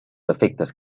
efectes